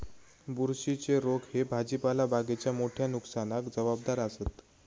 बुरशीच्ये रोग ह्ये भाजीपाला बागेच्या मोठ्या नुकसानाक जबाबदार आसत